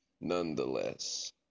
Nonetheless